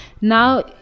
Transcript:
now